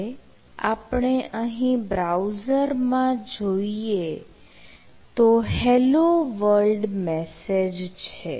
હવે આપણે અહીં બ્રાઉઝરમાં જોઈએ તો "hello world" મેસેજ છે